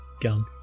gun